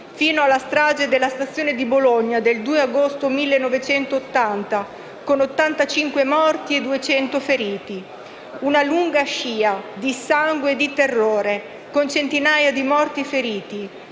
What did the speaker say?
fino alla strage della stazione di Bologna del 2 agosto 1980 con ottantacinque morti e duecento feriti. Una lunga scia di sangue e di terrore, con centinaia di morti e feriti,